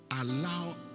Allow